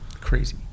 crazy